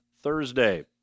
Thursday